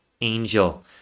angel